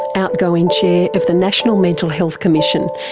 outgoing chair of the national mental health commission,